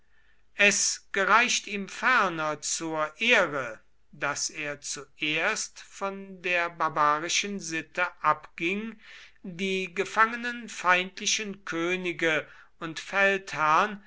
es gereicht ihm ferner zur ehre daß er zuerst von der barbarischen sitte abging die gefangenen feindlichen könige und feldherrn